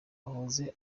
muhoza